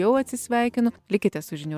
jau atsisveikinu likite su žinių